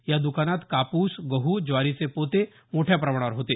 या दुकानात कापूस गहू ज्वारीचे पोते मोठ्या प्रमाणावर होते